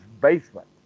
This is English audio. basement